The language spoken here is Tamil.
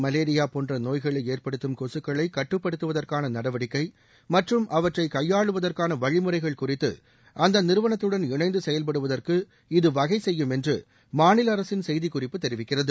மலேரியா போன்ற நோய்களை ஏற்படுத்தும் கொசுக்களை கட்டுப்படுத்துவதற்கான நடவடிக்கை மற்றும் அவற்றை கையாளுவதற்கான வழிமுறைகள் குறித்து அந்த நிறுவனத்துடன் இணந்து செயல்படுவதற்கு இது வகை செய்யும் என்று மாநில அரசின் செய்திக் குறிப்பு தெரிவிக்கிறது